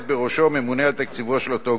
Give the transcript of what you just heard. בראשו ממונה על תקציבו של אותו גוף.